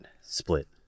split